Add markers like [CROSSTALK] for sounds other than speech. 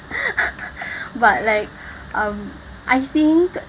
[LAUGHS] but like I think